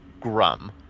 Grum